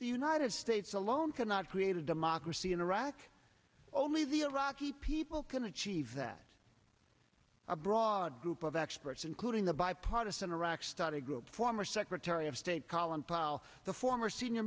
united states alone cannot create a democracy in iraq only the iraqi people can achieve that a broad group of experts including the bipartisan iraq study group former secretary of state colin powell the former senior